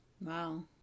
Wow